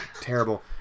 terrible